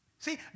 See